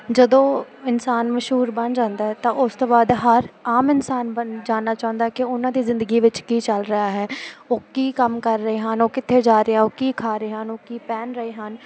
ਜਦੋਂ ਇਨਸਾਨ ਮਸ਼ਹੂਰ ਬਣ ਜਾਂਦਾ ਹੈ ਤਾਂ ਉਸ ਤੋਂ ਬਾਅਦ ਹਰ ਆਮ ਇਨਸਾਨ ਬਣ ਜਾਣਨਾ ਚਾਹੁੰਦਾ ਕਿ ਉਹਨਾਂ ਦੀ ਜ਼ਿੰਦਗੀ ਵਿੱਚ ਕੀ ਚੱਲ ਰਿਹਾ ਹੈ ਉਹ ਕੀ ਕੰਮ ਕਰ ਰਹੇ ਹਨ ਉਹ ਕਿੱਥੇ ਜਾ ਰਿਹਾ ਉਹ ਕੀ ਖਾ ਰਿਹਾ ਉਹਨੂੰ ਕੀ ਪਹਿਨ ਰਹੇ ਹਨ